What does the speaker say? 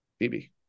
BB